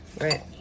Right